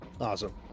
awesome